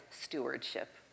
stewardship